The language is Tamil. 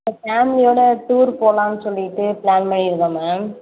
ஃபேமிலியோட டூர் போலான்னு சொல்லிவிட்டு பிளான் பண்ணியிருக்கோம் மேம்